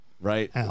right